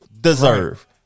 deserve